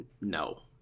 No